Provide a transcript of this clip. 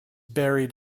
buried